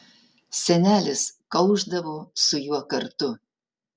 senelis kaušdavo su juo kartu